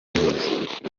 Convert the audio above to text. neza